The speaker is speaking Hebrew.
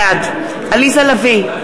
בעד עליזה לביא,